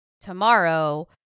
tomorrow